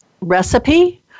recipe